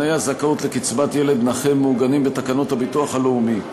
תנאי הזכאות לקצבת ילד נכה מעוגנים בתקנות הביטוח הלאומי.